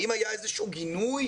האם היה איזשהו גינוי